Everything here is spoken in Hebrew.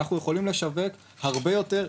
אנחנו יכולים לשווק הרבה יותר,